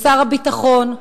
לשר הביטחון,